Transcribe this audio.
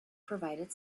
provided